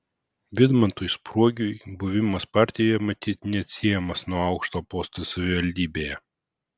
vidmantui spruogiui buvimas partijoje matyt neatsiejamas nuo aukšto posto savivaldybėje